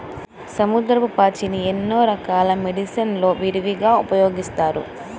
సముద్రపు పాచిని ఎన్నో రకాల మెడిసిన్ లలో విరివిగా ఉపయోగిస్తారు